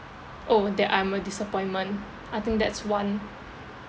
oh that I'm a disappointment I think that's one